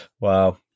Wow